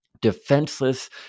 defenseless